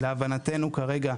להבנתנו כרגע,